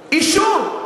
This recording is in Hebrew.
אישור.